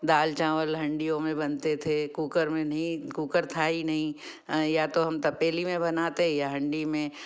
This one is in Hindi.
दाल चावल हाँडीयों में बनते थे कूकर में नहीं कूकर था ही नहीं या तो हम तपेली में बनाते या हाँडी में